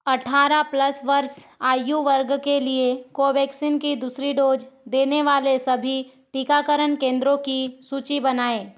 अठारह प्लस वर्ष आयु वर्ग के लिए कोवैक्सीन की दूसरी डोज़ देने वाले सभी टीकाकरण केंद्रों की सूची बनाएँ